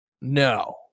no